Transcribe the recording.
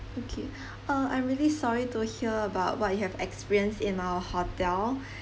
okay uh I'm really sorry to hear about what you have experience in our hotel